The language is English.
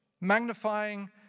magnifying